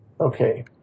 Okay